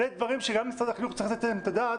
אלו דברים שגם משרד החינוך צריך לתת עליהם את הדעת,